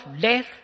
death